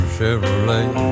Chevrolet